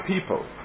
people